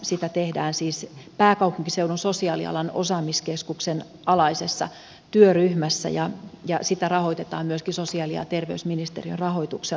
sitä tehdään siis pääkaupunkiseudun sosiaalialan osaamiskeskuksen alaisessa työryh mässä ja sitä rahoitetaan myöskin sosiaali ja terveysministeriön rahoituksella